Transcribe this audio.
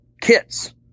kits